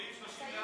סעיף 34 לתקנון,